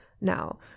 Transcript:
now